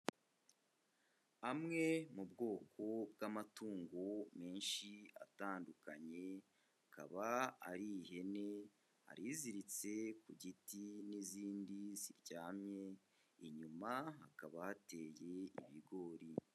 Amwe mu bwoko bw'amatungo menshi atandukanye, akaba ari ihene, hari iziritse ku giti n'izindi ziryamye, inyuma hakaba hateye ibigori.